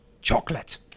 chocolate